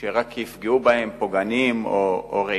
שרק יפגעו בהם, פוגעניים או רעילים.